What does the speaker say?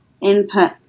input